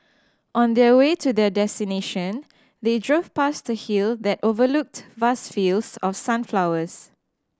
on their way to their destination they drove past a hill that overlooked vast fields of sunflowers